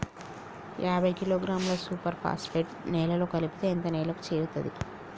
యాభై కిలోగ్రాముల super phosphate నేలలో కలిపితే ఎంత నేలకు చేరుతది?